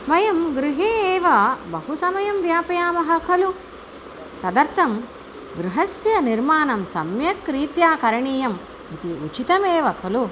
वयं गृहे एव बहु समयं व्यापयामः खलु तदर्थं गृहस्य निर्माणं सम्यक् रीत्या करणीयम् इति उचितमेव खलु